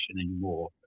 anymore